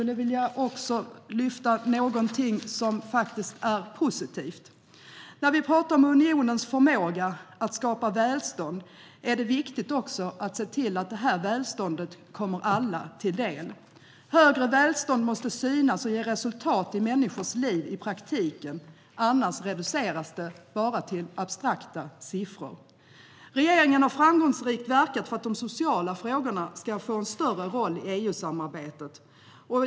Jag skulle också vilja lyfta fram något som är positivt. När vi talar om unionens förmåga att skapa välstånd är det viktigt att också se till att detta välstånd kommer alla till del. Högre välstånd måste synas och ge resultat i människors liv i praktiken. Annars reduceras det bara till abstrakta siffror. Regeringen har framgångsrikt verkat för att de sociala frågorna ska få en större roll i EU-samarbetet.